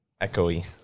Echoey